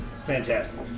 fantastic